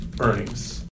earnings